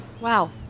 Wow